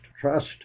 trust